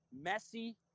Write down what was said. messy